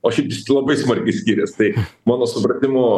o šiaip tai labai smarkiai skirias tai mano supratimu